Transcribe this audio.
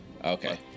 Okay